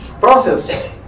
process